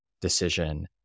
decision